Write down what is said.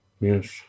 yes